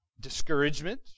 Discouragement